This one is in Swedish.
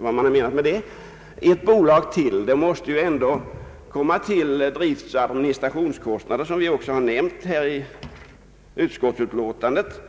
Som vi nämnt i utskottsutlåtandet måste tillkomsten av ytterligare ett bolag medföra ökade driftsoch administrationskostnader, något